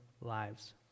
lives